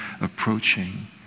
approaching